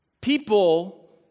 People